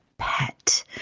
pet